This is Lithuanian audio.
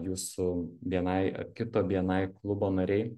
jūsų bni kito bni klubo nariai